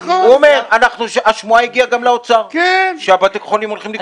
הוא אומר לך שהשמועה הגיעה גם לאוצר שבתי החולים הולכים לקרוס.